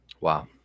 Wow